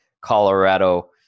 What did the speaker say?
Colorado